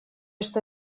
что